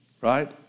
right